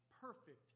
perfect